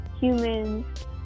humans